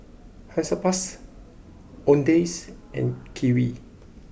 Hansaplast Owndays and Kiwi